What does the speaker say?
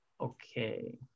Okay